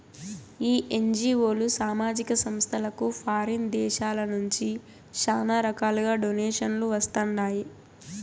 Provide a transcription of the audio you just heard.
ఈ ఎన్జీఓలు, సామాజిక సంస్థలకు ఫారిన్ దేశాల నుంచి శానా రకాలుగా డొనేషన్లు వస్తండాయి